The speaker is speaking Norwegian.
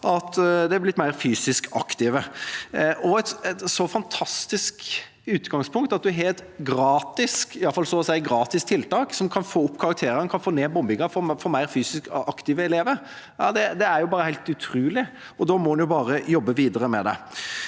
at elevene er blitt mer fysisk aktive. Et så fantastisk utgangspunkt – et så å si gratis tiltak som kan få opp karakterene, som kan få ned mobbingen, som kan få mer fysisk aktive elever – er jo bare helt utrolig, og da må en jo bare jobbe videre med det.